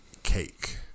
cake